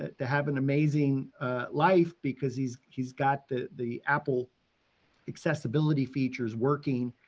ah to have an amazing life because he's he's got the the apple accessibility features working,